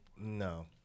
No